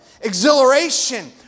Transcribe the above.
exhilaration